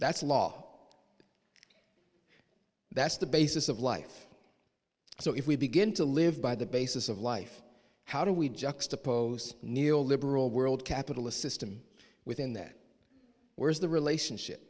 that's a law that's the basis of life so if we begin to live by the basis of life how do we juxtapose neo liberal world capitalist system within that where is the relationship